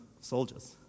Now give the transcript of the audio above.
soldiers